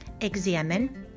examine